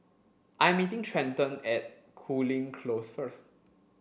I'm meeting Trenton at Cooling Close first